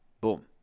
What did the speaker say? Boom